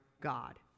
God